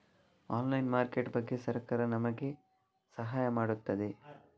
Online market ಬಗ್ಗೆ ಸರಕಾರ ನಮಗೆ ಸಹಾಯ ಮಾಡುತ್ತದೆ?